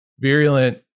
virulent